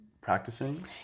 practicing